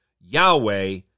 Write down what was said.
Yahweh